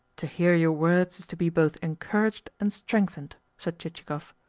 to hear your words is to be both encouraged and strengthened, said chichikov.